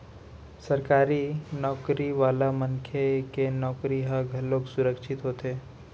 सरकारी नउकरी वाला मनखे के नउकरी ह घलोक सुरक्छित होथे